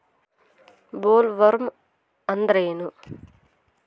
Bollworm ಅಂದ್ರೇನು?